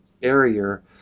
barrier